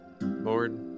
Lord